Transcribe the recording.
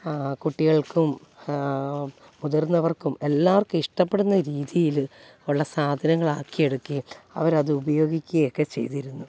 കുട്ടികൾക്കും മുതിർന്നവർക്കും എല്ലാവർക്കും ഇഷ്ടപ്പെടുന്ന രീതിയിൽ ഉളള സാധനങ്ങളാക്കി എടുക്കുകയും അവരത് ഉപയോഗിക്കയൊക്കെ ചെയ്തിരുന്നു